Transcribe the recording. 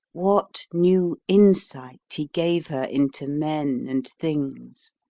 what new insight he gave her into men and things!